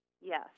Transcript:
Yes